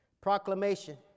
Proclamation